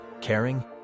caring